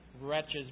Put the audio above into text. wretches